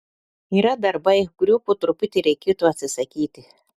yra darbai kurių po truputį reikėtų atsisakyti